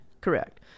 Correct